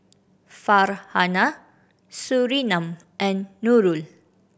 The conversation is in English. Farhanah Surinam and Nurul